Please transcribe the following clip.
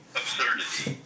absurdity